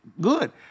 Good